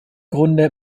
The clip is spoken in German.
grunde